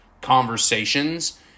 conversations